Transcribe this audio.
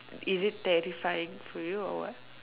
is it terrifying for you or what